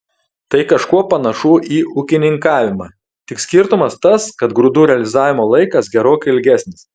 tai kažkuo panašu į ūkininkavimą tik skirtumas tas kad grūdų realizavimo laikas gerokai ilgesnis